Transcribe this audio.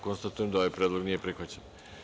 Konstatujem da ovaj predlog nije prihvaćen.